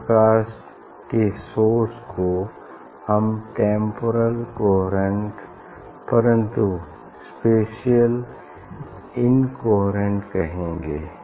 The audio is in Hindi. इस प्रकार के सोर्स को हम टेम्पोरल कन्हेरेंट परन्तु स्पेशियल इनकोहेरेंट कहेंगे